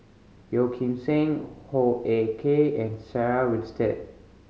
Yeo Kim Seng Hoo Ah Kay and Sarah Winstedt